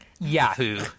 Yahoo